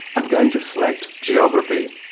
i'm going to select geography.